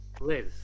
Liz